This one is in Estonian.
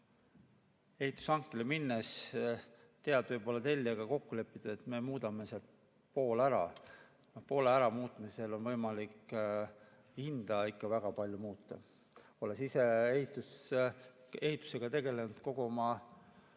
ehitushankele minnes tead võib-olla tellijaga kokku leppida, et me muudame sealt pool ära. No poole äramuutmisel on võimalik hinda ikka väga palju muuta. Olen ise ehitusega tegelenud kogu oma